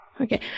Okay